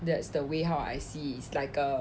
that's the way how I see is like ugh